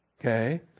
Okay